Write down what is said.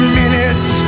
minutes